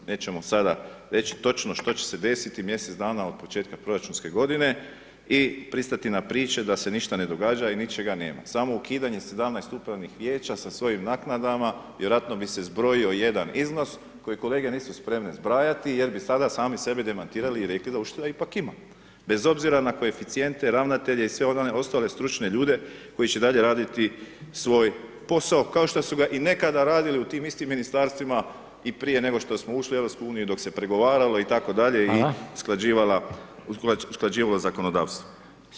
Nećemo sada reći točno što će se desiti mjesec dana od početka proračunske godine i pristati na priče da se ništa ne događa i ničega nema, samo ukidanje 17 upravnih vijeća sa svojim naknadama vjerojatno bi se zbrojio jedan iznos koji kolege nisu spremne zbrajati jer bi sada sami sebe demantirali i rekli da ušteda ipak ima bez obzira na koeficijente, ravnatelje i sve one ostale stručne ljude koji će dalje raditi svoj posao kao što su ga i nekada radili u tim istim ministarstvima i prije nego što smo ušli u EU dok se pregovaralo itd [[Upadica: Hvala.]] i usklađivala, usklađivalo zakonodavstvo.